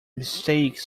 mistake